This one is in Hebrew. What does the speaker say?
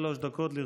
שלוש דקות לרשותך.